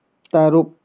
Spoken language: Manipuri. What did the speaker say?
ꯇꯔꯨꯛ